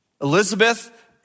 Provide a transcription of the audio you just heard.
Elizabeth